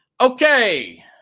Okay